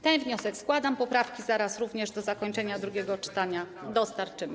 Ten wniosek składam, poprawki zaraz również, do zakończenia drugiego czytania, dostarczymy.